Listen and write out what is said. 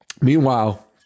Meanwhile